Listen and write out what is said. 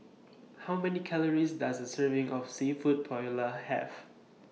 How Many Calories Does A Serving of Seafood Paella Have